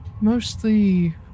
Mostly